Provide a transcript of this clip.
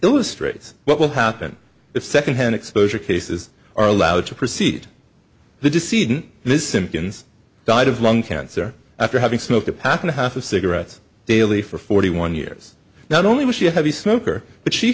illustrates what will happen if second hand exposure cases are allowed to proceed the deceit in this simpkins died of lung cancer after having smoked a pack and a half of cigarettes daily for forty one years not only was she a heavy smoker but she